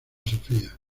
sofía